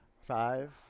Five